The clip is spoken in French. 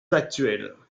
actuelles